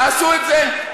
תעשו את זה,